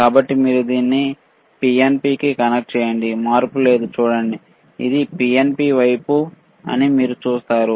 కాబట్టి మీరు దీన్ని పిఎన్పికి కనెక్ట్ చేయండిమార్పు లేదు చూడండి ఇది పిఎన్పి వైపు అని మీరు చూస్తారు